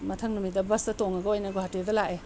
ꯃꯊꯪ ꯅꯨꯃꯤꯠꯇ ꯕꯁꯇ ꯇꯣꯡꯉꯒ ꯑꯣꯏꯅ ꯒꯨꯍꯥꯇꯤꯗ ꯂꯥꯛꯑꯦ